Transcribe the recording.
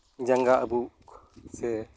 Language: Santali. ᱡᱟᱸᱜᱟ ᱟᱵᱩᱠ ᱥᱮ